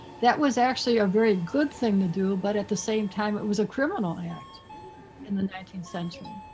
that was actually a very good thing to do. but at the same time, it was a criminal act in the nineteenth century.